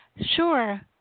Sure